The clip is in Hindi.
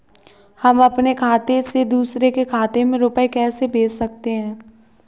हम अपने खाते से दूसरे के खाते में रुपये कैसे भेज सकते हैं?